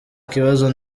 kibazo